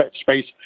space